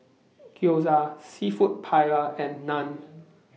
Gyoza Seafood Paella and Naan